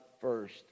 first